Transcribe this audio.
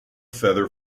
feather